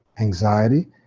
anxiety